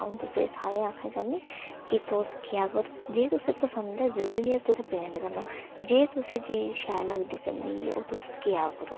अं'ऊ तुसें सारें गी आखना चाह्न्नीं कि तुस क्या करो जे तुसें ई पसंद ऐ जरूरी निं ऐ की पेंट करना जे तुसें ई चीज़ शैल लगदी ओह् तुस क्या करो